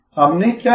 हमने क्या कहा